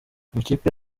amakipe